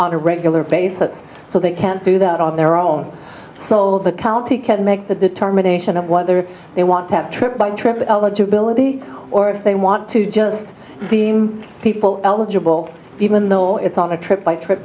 on a regular basis so they can't do that on their own souls the county can make the determination of whether they want to have trip by trip eligibility or if they want to just beam people eligible even though it's on a trip by trip